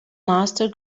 master